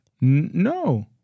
No